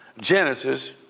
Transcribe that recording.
Genesis